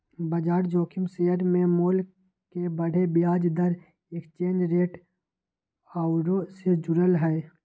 बजार जोखिम शेयर के मोल के बढ़े, ब्याज दर, एक्सचेंज रेट आउरो से जुड़ल हइ